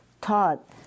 taught